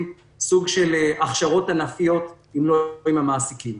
סוג של הכשרות ענפיות אם לא עם המעסיקים?